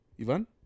Ivan